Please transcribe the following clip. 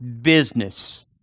business